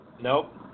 Nope